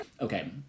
okay